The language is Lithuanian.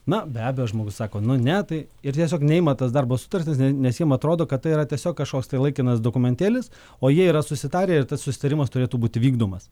na be abejo žmogus sako nu ne tai ir tiesiog neima tas darbo sutartis nes jiem atrodo kad tai yra tiesiog kažkoks tai laikinas dokumentėlis o jie yra susitarę ir tas susitarimas turėtų būti vykdomas